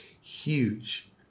huge